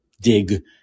dig